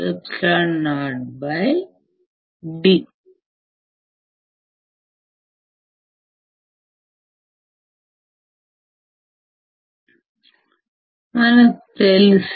మనకు తెలుసు